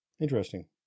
interesting